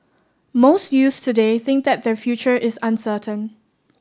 most youths today think that their future is uncertain